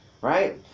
right